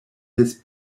his